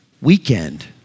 weekend